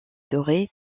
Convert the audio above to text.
doré